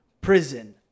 prison